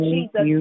Jesus